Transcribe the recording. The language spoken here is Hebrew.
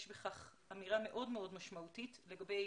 יש בכך אמירה מאוד מאוד משמעותית לגבי